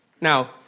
Now